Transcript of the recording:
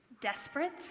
desperate